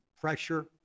pressure